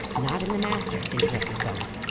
not in the master, interrupted gaunt.